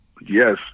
Yes